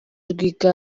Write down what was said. rwigara